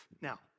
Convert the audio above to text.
Now